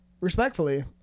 Respectfully